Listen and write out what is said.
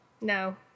no